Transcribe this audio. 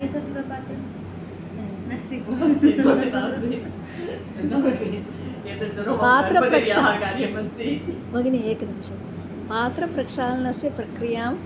एकमेव पात्रं नास्ति बहु अस्ति पात्र प्रक्षः भगिनी एकनिमिषं पात्रप्रक्षालनस्य प्रक्रियाम्